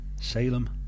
Salem